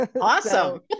Awesome